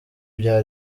bya